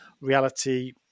reality